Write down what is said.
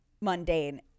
mundane